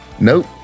nope